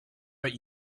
but